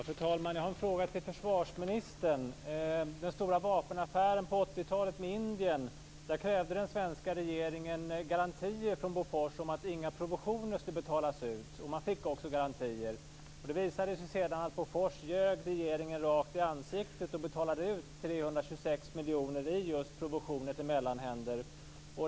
Fru talman! Jag har en fråga till försvarsministern. 80-talet krävde den svenska regeringen garantier från Bofors om att inga provisioner skulle betalas ut. Man fick också garantier. Det visade sig sedan att Bofors ljög regeringen rakt upp i ansiktet och betalade ut 326 miljoner just i provisioner till mellanhänder.